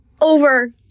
over